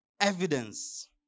evidence